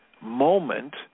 moment